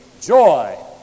joy